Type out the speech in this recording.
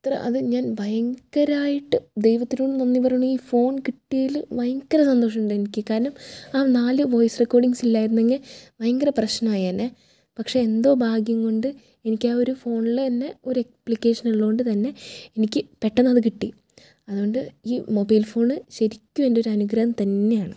എത്ര അത് ഞാൻ ഭയങ്കരമായിട്ട് ദൈവത്തിനോട് നന്ദി പറയുന്നു ഈ ഫോൺ കിട്ടിയതിൽ ഭയങ്കര സന്തോഷമുണ്ട് എനിക്ക് കാരണം ആ നാല് വോയിസ് റെക്കോർഡിങ്ങ്സ് ഇല്ലായിരുന്നെങ്കിൽ ഭയങ്കര പ്രശ്നമായേനെ പക്ഷേ എന്തോ ഭാഗ്യം കൊണ്ട് എനിക്ക് ആ ഒരു ഫോണിൽ തന്നെ ഒരു ആപ്ലിക്കേഷനുള്ളത് കൊണ്ട് തന്നെ എനിക്ക് പെട്ടെന്ന് അത് കിട്ടി അതുകൊണ്ട് ഈ മൊബൈൽ ഫോണ് ശരിക്കും എൻ്റെ ഒരു അനുഗ്രഹം തന്നെയാണ്